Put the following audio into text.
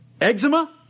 eczema